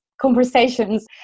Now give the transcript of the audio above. conversations